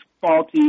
faulty